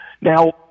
Now